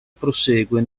prosegue